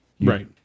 Right